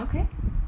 okay